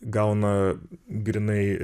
gauna grynai